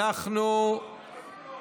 ועדת הכנסת.